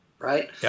Right